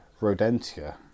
Rodentia